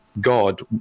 God